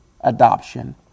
adoption